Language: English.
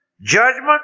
Judgment